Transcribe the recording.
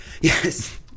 yes